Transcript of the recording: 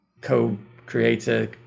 co-creator